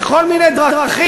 בכל מיני דרכים,